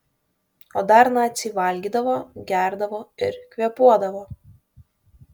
o dar naciai valgydavo gerdavo ir kvėpuodavo